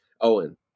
Owen